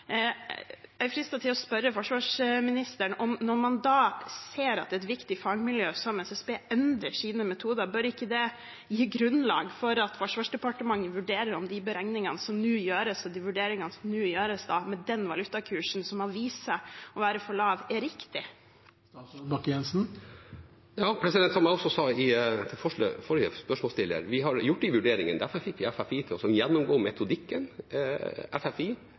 Jeg er fristet til å spørre forsvarsministeren: Når man ser at et viktig fagmiljø som SSB endrer sine metoder, bør ikke det gi grunnlag for at Forsvarsdepartementet vurderer om de beregningene og de vurderingene som nå gjøres med den valutakursen – som har vist seg å være for lav – er riktige? Som jeg også sa til forrige spørsmålsstiller: Vi har gjort de vurderingene. Vi fikk FFI til å gjennomgå metodikken. FFI